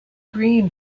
green